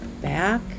back